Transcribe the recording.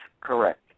correct